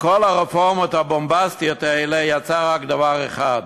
מכל הרפורמות הבומבסטיות האלה יצא רק דבר אחד: